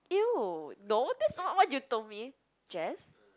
!eww! no that's not what you told me Jess